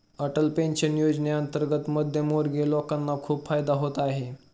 Atal pension योजनेअंतर्गत मध्यमवर्गीय लोकांना खूप फायदा होत आहे